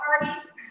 parties